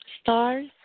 stars